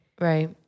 Right